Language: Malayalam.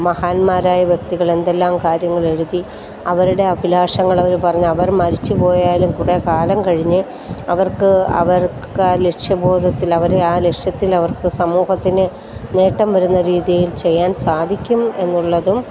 മഹാന്മാരായ വ്യക്തികൾ എന്തെല്ലാം കാര്യങ്ങളെഴുതി അവരുടെ അഭിലാഷങ്ങൾ അവർ പറഞ്ഞ് അവർ മരിച്ചുപോയാലും കുറേക്കാലം കഴിഞ്ഞ് അവർക്ക് അവർക്കാ ലക്ഷ്യബോധത്തിലവരെ ആ ലക്ഷ്യത്തിലവർക്ക് സമൂഹത്തിന് നേട്ടം വരുന്ന രീതിയിൽ ചെയ്യാൻ സാധിക്കും എന്നുള്ളതും